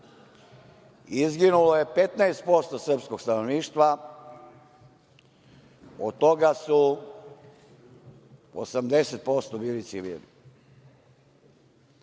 izginulo je 15% srpskog stanovništva, od toga su 80% bili civili. Srbija